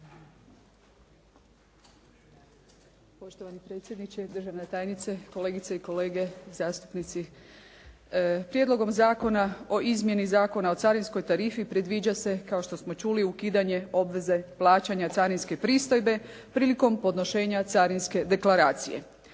Poštovani predsjedniče, državna tajnice, kolegice i kolege zastupnici. Prijedlogom zakona o izmjeni Zakona o carinskoj tarifi predviđa se, kao što smo čuli, ukidanje obveze plaćanja carinske pristojbe prilikom podnošenja carinske deklaracije.